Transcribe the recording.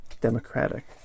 democratic